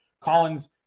Collins